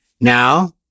now